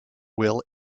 will